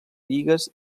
bigues